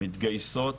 מתגייסות